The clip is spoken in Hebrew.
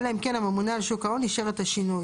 אלא אם כן הממונה על שוק ההון אישר את השינוי,